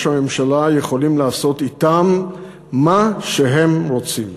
הממשלה יכולים לעשות אתם מה שהם רוצים.